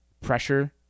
pressure